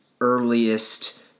earliest